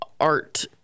art